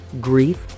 grief